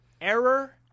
Error